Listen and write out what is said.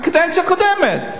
הקדנציה הקודמת.